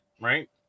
right